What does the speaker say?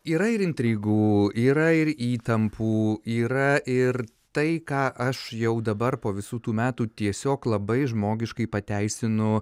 yra ir intrigų yra ir įtampų yra ir tai ką aš jau dabar po visų tų metų tiesiog labai žmogiškai pateisinu